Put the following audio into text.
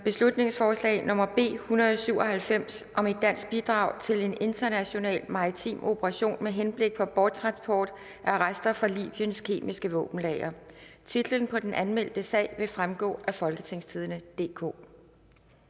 folketingsbeslutning om et dansk bidrag til en international maritim operation med henblik på borttransport af rester fra Libyens kemiske våbenlager). Titlen på den anmeldte sag vil fremgå af www.folketingstidende.dk